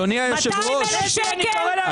200,000 שקל.